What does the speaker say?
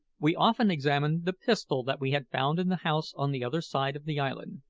we often examined the pistol that we had found in the house on the other side of the island,